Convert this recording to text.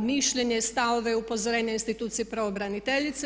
mišljenje, stavove upozorenja institucije pravobraniteljice.